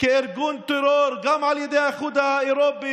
כארגון טרור גם על ידי האיחוד האירופי